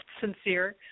sincere